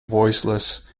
voiceless